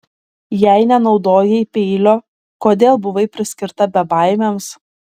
jei nenaudojai peilio kodėl buvai priskirta bebaimiams